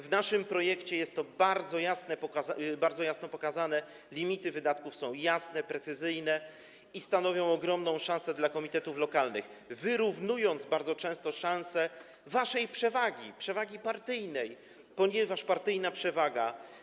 W naszym projekcie jest to bardzo jasno pokazane, limity wydatków są jasne, precyzyjne i stanowią ogromną szansę dla komitetów lokalnych, wyrównując bardzo często szanse mimo waszej przewagi, przewagi partyjnej, ponieważ jest partyjna przewaga.